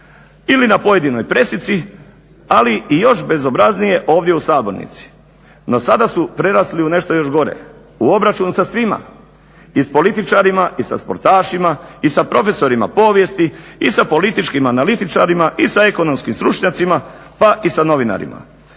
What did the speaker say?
ili na pojedinoj presici ali i još bezobraznije ovdje u Sabornici. No sada su prerasli u nešto još gore u obračun sa svima i s političarima i sa sportašima i sa profesorima povijesti i sa političkim analitičarima i sa ekonomskim stručnjacima pa i sa novinarima.